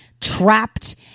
trapped